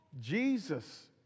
Jesus